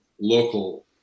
local